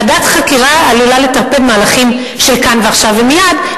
ועדת חקירה עלולה לטרפד מהלכים של כאן ועכשיו ומייד,